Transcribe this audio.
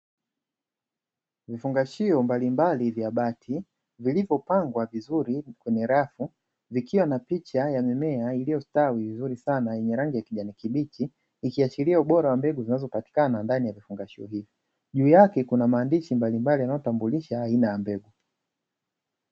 Vifungashio mbalimbali vya bati vilivyopangwa vizuri kwenye rafu, vikiwa na picha ya mimea iliyostawi vizuri sana kwa rangi ya kijani kibichi, ikiashiria ubora wa mbegu zinazopatikana ndani ya vifungashio hivi. Juu yake kuna maandishi mbalimbali yanayo tambulisha aina ya mbegu.